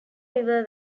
river